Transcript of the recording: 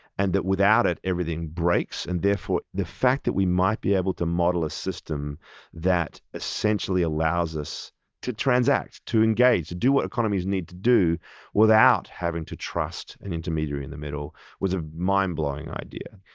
and that without it everything breaks. and therefore the fact that we might be able to model a system that essentially allows us to transact, to engage, to do what economies need to do without having to trust an intermediary in the middle was a mind blowing idea,